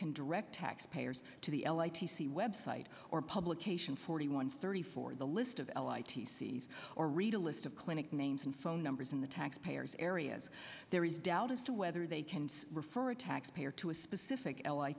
can direct tax payers to the l i t c website or publication forty one thirty four the list of l i t c's or read a list of clinic names and phone numbers in the tax payers areas there is doubt as to whether they can refer a taxpayer to a specific l i